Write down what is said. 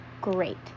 great